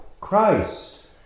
Christ